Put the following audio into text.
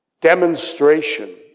demonstration